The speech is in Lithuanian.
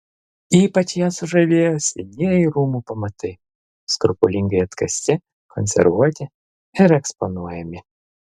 ypač ją sužavėjo senieji rūmų pamatai skrupulingai atkasti konservuoti ir eksponuojami